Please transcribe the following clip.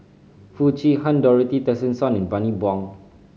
Foo Chee Han Dorothy Tessensohn and Bani Buang